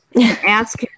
ask